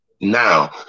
Now